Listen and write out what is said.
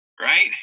right